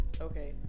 Okay